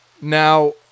Now